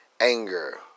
anger